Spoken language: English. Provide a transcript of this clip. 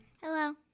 Hello